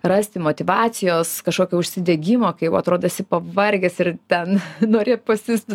rasti motyvacijos kažkokio užsidegimo kai jau atrodo esi pavargęs ir ten nori pasiųsti